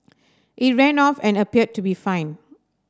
it ran off and appeared to be fine